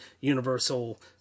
universal